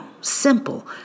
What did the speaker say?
simple